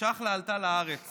צ'חלה עלתה לארץ